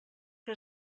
que